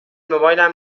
موبایلم